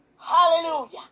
Hallelujah